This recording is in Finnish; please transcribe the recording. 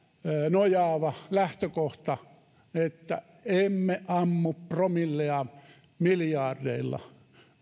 nojaava lähtökohta että emme ammu promillea miljardeilla